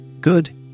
Good